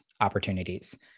opportunities